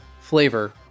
flavor